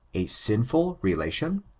a sinful relation?